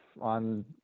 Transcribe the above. on